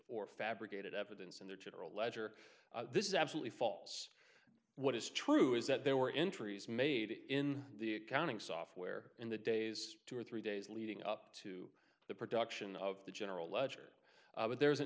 or fabricated evidence in their general ledger this is absolutely false what is true is that there were entries made in the accounting software in the days two or three days leading up to the production of the general ledger there was an